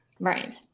Right